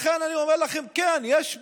לכן אני אומר לכם, כן, יש ביקורת,